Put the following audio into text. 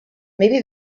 maybe